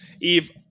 eve